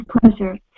pleasure